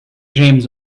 james